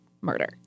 murder